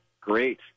Great